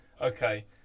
Okay